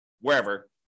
wherever